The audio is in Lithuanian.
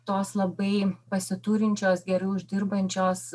tos labai pasiturinčios gerai uždirbančios